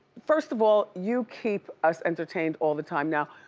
first of all, you keep us entertained all the time now.